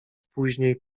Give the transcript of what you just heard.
później